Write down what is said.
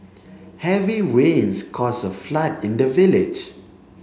heavy rains caused a flood in the village